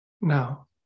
Now